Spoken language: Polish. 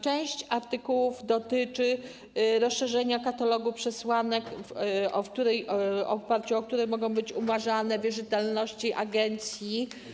Część artykułów dotyczy rozszerzenia katalogu przesłanek, w oparciu o które mogą być umarzane wierzytelności agencji.